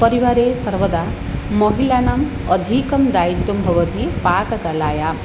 परिवारे सर्वदा महिलानाम् अधिकं दायित्वं भवति पाककलायां